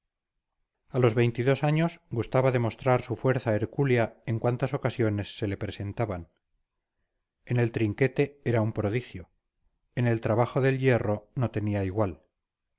a los veintidós años gustaba de mostrar su fuerza hercúlea en cuantas ocasiones se le presentaban en el trinquete era un prodigio en el trabajo del hierro no tenía igual